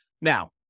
Now